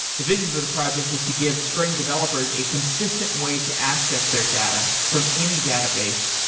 the vision for the project is to give spring developers a consistent way to access their data from any database,